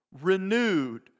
renewed